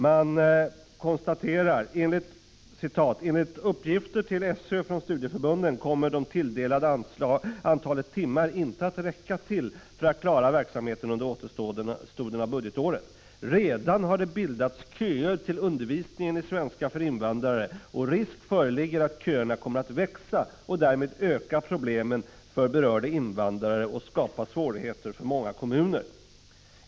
Man konstaterar: ”Enligt uppgifter till SÖ från studieförbunden kommer det tilldelade antalet timmar inte att räcka till för att klara verksamheten under återstoden av budgetåret. Redan har det bildats köer till undervisningen i svenska för invandrare och risk föreligger att köerna kommer att växa och därmed öka problemen för berörda invandrare och skapa svårigheter för många kommuner.